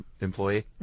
employee